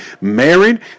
married